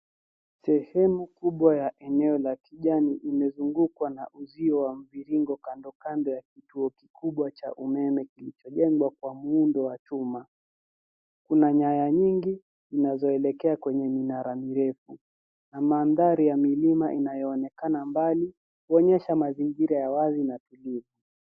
Sehemu kubwa ya eneo la kijani imezungukwa na uzio wa mviringo kando kand ya kituo kikubwa cha umeme kilichojengwa kwa muundo wa chuma. Kuna nyaya nyingi zinazoelekea kwenye minara mirefu na mandhari ya milima inayoonekana mbali kuonyesha mazingira ya wazi na tulivu.